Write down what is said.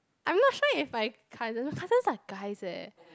I'm not sure if my cousin my cousins are guys leh